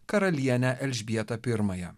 karalienę elžbietą pirmąją